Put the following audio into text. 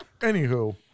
Anywho